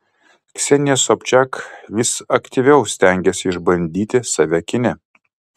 ksenija sobčak vis aktyviau stengiasi išbandyti save kine